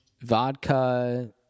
vodka